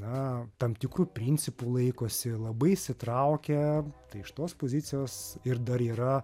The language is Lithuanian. na tam tikrų principų laikosi labai įsitraukę tai iš tos pozicijos ir dar yra